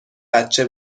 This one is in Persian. بچه